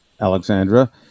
Alexandra